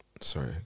Sorry